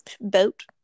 boat